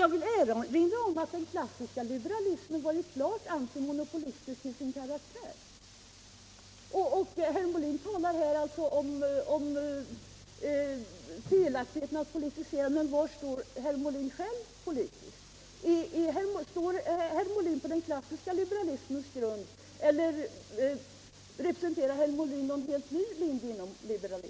Jag vill erinra om att den klassiska liberalismen var klart antimonopolistisk till sin karaktär. Herr Molin talar om det felaktiga i att politisera. Men var står herr Molin själv politiskt? Står herr Molin på den klassiska liberalismens grund, eller representerar herr Molin en helt ny linje inom liberalismen?